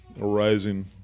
arising